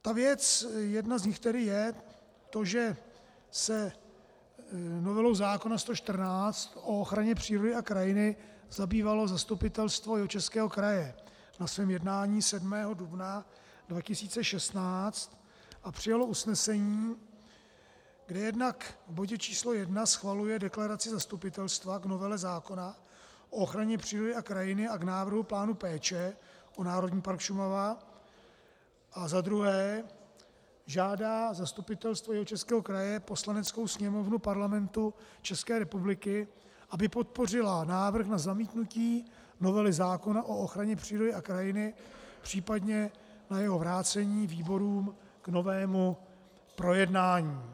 Ta věc, jedna z nich tedy je to, že se novelou zákona 114 o ochraně přírody a krajiny zabývalo Zastupitelstvo Jihočeského kraje na svém jednání 7. dubna 2016 a přijalo usnesení, kde jednak v bodě číslo 1 schvaluje deklaraci zastupitelstva k novele zákona o ochraně přírody a krajiny a k návrhu plánu péče o Národní park Šumava, a za druhé žádá Zastupitelstvo Jihočeského kraje Poslaneckou sněmovnu Parlamentu České republiky, aby podpořila návrh na zamítnutí novely zákona o ochraně přírody a krajiny, případně na jeho vrácení výborům k novému projednání.